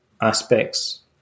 aspects